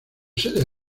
sede